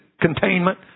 containment